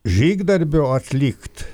žygdarbio atlikt